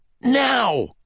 Now